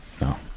no